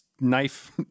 knife